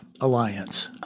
alliance